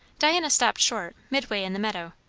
diana stopped short, midway in the meadow.